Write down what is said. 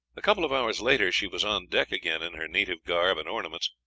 a couple of hours later she was on deck again in her native garb and ornaments.